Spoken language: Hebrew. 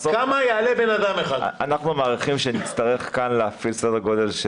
אנחנו מעריכים שנצטרך להפעיל כאן סדר גודל של